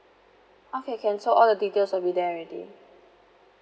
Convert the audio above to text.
okay can so all the details will be there already